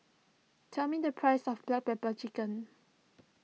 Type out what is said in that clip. tell me the price of Black Pepper Chicken